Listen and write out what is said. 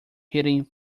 heading